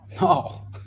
No